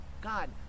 God